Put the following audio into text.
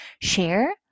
share